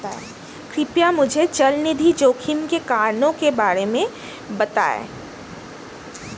कृपया मुझे चल निधि जोखिम के कारणों के बारे में बताएं